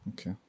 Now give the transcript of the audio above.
okay